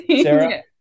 Sarah